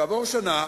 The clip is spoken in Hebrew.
שנה